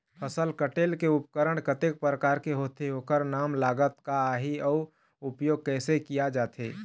फसल कटेल के उपकरण कतेक प्रकार के होथे ओकर नाम लागत का आही अउ उपयोग कैसे किया जाथे?